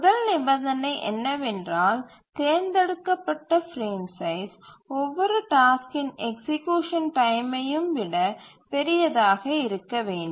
முதல் நிபந்தனை என்னவென்றால் தேர்ந்தெடுக்கப்பட்ட பிரேம் சைஸ் ஒவ்வொரு டாஸ்க்கின் எக்சீக்யூசன் டைமையும் விட பெரியதாக இருக்க வேண்டும்